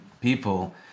people